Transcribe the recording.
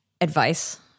advice